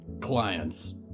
clients